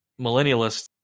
millennialists